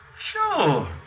Sure